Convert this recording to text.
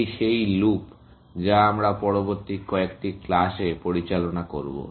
এটি সেই লুপ যা আমরা পরবর্তী কয়েকটি ক্লাসে পরিচালনা করব